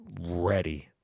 Ready